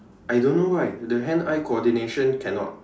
I don't know why the hand eye coordination cannot